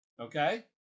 okay